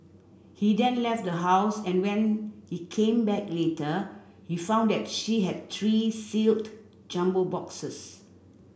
he then left the house and when he came back later he found that she had three sealed jumbo boxes